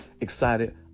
excited